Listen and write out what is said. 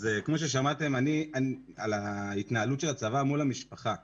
כמו ששמעתם על ההתנהלות של הצבא מול המשפחה.